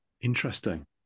Interesting